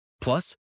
Plus